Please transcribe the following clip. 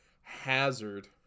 hazard